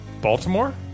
Baltimore